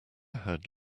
had